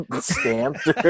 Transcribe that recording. stamped